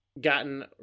gotten